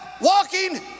walking